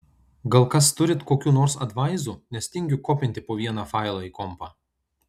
gal kas turit kokių nors advaizų nes tingiu kopinti po vieną failą į kompą